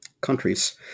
countries